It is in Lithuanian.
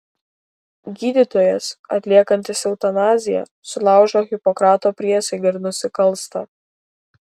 gydytojas atliekantis eutanaziją sulaužo hipokrato priesaiką ir nusikalsta